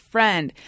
Friend